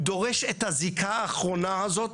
הוא דורש את הזיקה האחרונה הזאת,